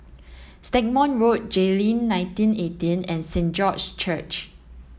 Stagmont Road Jayleen nineteen eighteen and Saint George's Church